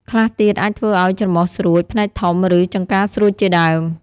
ខ្លះទៀតអាចធ្វើឱ្យច្រមុះស្រួច ភ្នែកធំ ឬចង្កាស្រួចជាដើម។